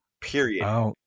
Period